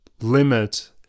limit